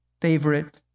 favorite